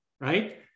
Right